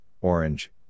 Orange